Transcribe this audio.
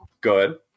Good